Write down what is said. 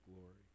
glory